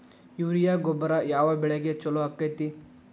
Urea ಗೊಬ್ಬರ ಯಾವ ಬೆಳಿಗೆ ಛಲೋ ಆಕ್ಕೆತಿ?